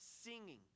singing